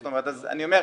אז אני אומר,